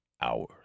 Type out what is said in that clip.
hours